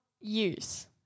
use